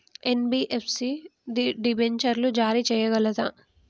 NBFC డిబెంచర్లు జారీ చేయగలదా?